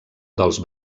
dels